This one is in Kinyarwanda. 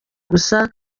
gusa